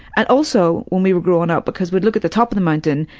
and also, when we were growing up, because we'd look at the top of the mountain,